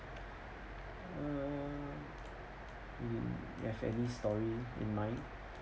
err you have any story in mind